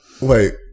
Wait